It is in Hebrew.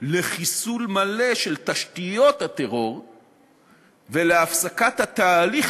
לחיסול מלא של תשתיות הטרור ולהפסקת התהליך,